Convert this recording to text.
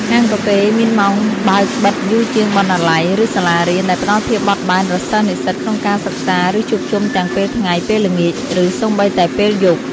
ហាងកាហ្វេមានម៉ោងបើកបិទយូរជាងបណ្ណាល័យ ឬសាលារៀន ដែលផ្ដល់ភាពបត់បែនដល់សិស្សនិស្សិតក្នុងការសិក្សា ឬជួបជុំទាំងពេលថ្ងៃ ពេលល្ងាច ឬសូម្បីតែពេលយប់។